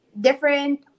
different